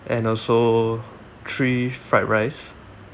and also three fried rice